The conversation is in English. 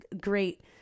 great